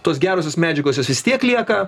tos gerosios medžiagos jos vis tiek lieka